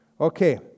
Okay